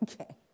Okay